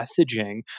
messaging